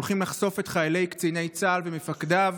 הולכים לחשוף את חיילי וקציני צה"ל ומפקדיו